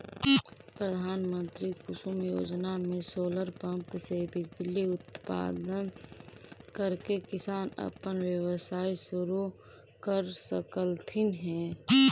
प्रधानमंत्री कुसुम योजना में सोलर पंप से बिजली उत्पादन करके किसान अपन व्यवसाय शुरू कर सकलथीन हे